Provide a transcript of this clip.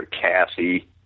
Cassie